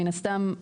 מן הסתם,